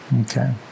Okay